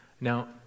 Now